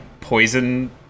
poison